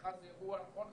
מכרז זה אירוע, נכון?